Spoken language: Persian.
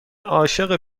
عاشق